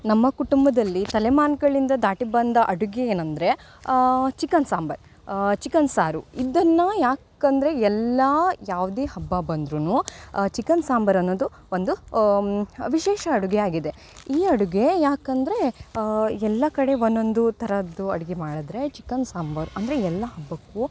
ನಮ್ಮ ಕುಟುಂಬದಲ್ಲಿ ತಲೆಮಾರ್ಗಳಿಂದ ದಾಟಿ ಬಂದ ಅಡುಗೆ ಏನಂದರೆ ಚಿಕನ್ ಸಾಂಬಾರ್ ಚಿಕನ್ ಸಾರು ಇದನ್ನು ಯಾಕಂದರೆ ಎಲ್ಲ ಯಾವುದೇ ಹಬ್ಬ ಬಂದ್ರೂ ಚಿಕನ್ ಸಾಂಬಾರ್ ಅನ್ನೋದು ಒಂದು ವಿಶೇಷ ಅಡುಗೆ ಆಗಿದೆ ಈ ಅಡುಗೆ ಯಾಕಂದರೆ ಎಲ್ಲ ಕಡೆ ಒಂದೊಂದು ಥರದ್ದು ಅಡುಗೆ ಮಾಡಿದ್ರೆ ಚಿಕನ್ ಸಾಂಬಾರ್ ಅಂದರೆ ಎಲ್ಲ ಹಬ್ಬಕ್ಕೂ